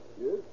Yes